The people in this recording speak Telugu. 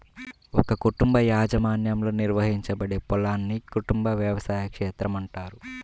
ఒక కుటుంబ యాజమాన్యంలో నిర్వహించబడే పొలాన్ని కుటుంబ వ్యవసాయ క్షేత్రం అంటారు